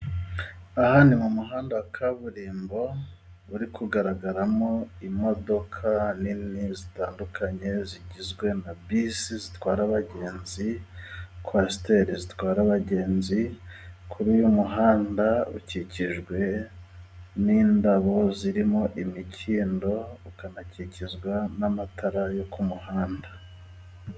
Aha ni mu muhanda wa kaburimbo uri kugaragaramo imodoka nini zitandukanye zigizwe na bisi zitwara abagenzi , kwasiteri zitwara abagenzi ,kuri uyu muhanda ukikijwe n'indabo zirimo imikindo, ukanakikizwa n'amatara yo ku muhanda.